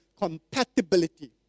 compatibility